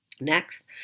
Next